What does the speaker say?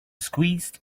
squeezed